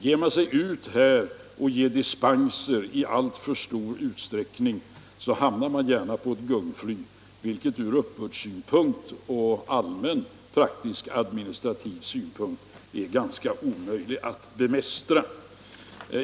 Ger man dispenser i alltför stor utsträckning, hamnar man lätt på ett gungfly som det ur uppbördssynpunkt och ur allmän praktisk-administrativ synpunkt är ganska omöjligt att bemästra.